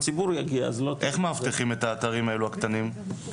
איך מאבטחים את האתרים האלו, הקטנים?